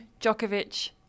Djokovic